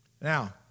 Now